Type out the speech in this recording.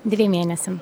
dviem mėnesiam